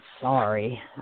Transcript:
sorry